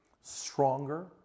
stronger